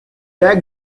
there